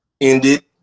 ended